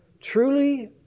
truly